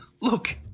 Look